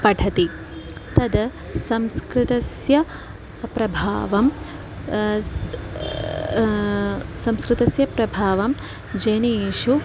पठति तद् संस्कृतस्य प्रभावः संस्कृतस्य प्रभावः जनेषु